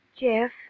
Jeff